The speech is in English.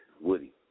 Woody